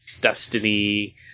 Destiny